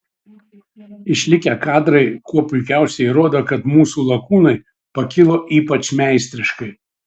išlikę kadrai kuo puikiausiai įrodo kad mūsų lakūnai pakilo ypač meistriškai